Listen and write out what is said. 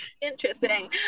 interesting